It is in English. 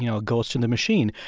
you know a ghost in the machine.